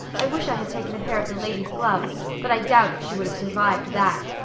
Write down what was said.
i wish i had taken a pair of the lady's gloves but i doubt if she would have survived that.